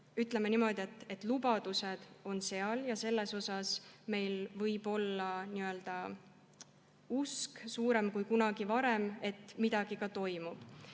Ütleme niimoodi, et lubadused on [olemas] ja meil võib olla usk suurem kui kunagi varem, et midagi ka toimub.